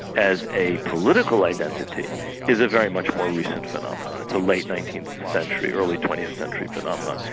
as a political identity is a very much more recent phenomenon. it's a late nineteenth century, early twentieth century phenomenon.